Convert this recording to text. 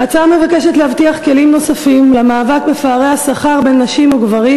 ההצעה מבקשת להבטיח כלים נוספים למאבק בפערי השכר בין נשים לגברים,